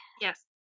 Yes